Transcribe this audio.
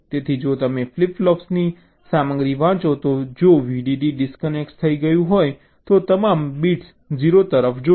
તેથી જો તમે ફ્લિપ ફ્લોપ્સની સામગ્રી વાંચો તો જો VDD ડિસ્કનેક્ટ થઈ ગયું હોય તો તમામ બિટ્સ 0 તરફ જોશે